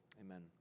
amen